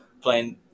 playing